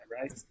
right